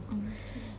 mm okay